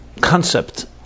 concept